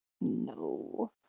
No